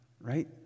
right